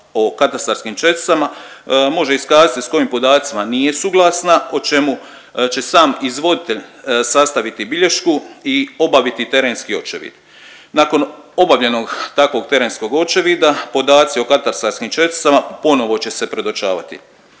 o katastarskim česticama može iskazati sa kojim podacima nije suglasna o čemu će sam izvoditelj sastaviti bilješku i obaviti terenski očevid. Nakon obavljenog takvog terenskog očevida podaci o katastarskim česticama ponovo će se predočavati.